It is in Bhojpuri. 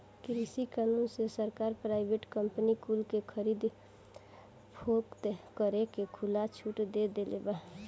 कृषि कानून से सरकार प्राइवेट कंपनी कुल के खरीद फोक्त करे के खुला छुट दे देले बा